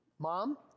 mom